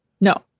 No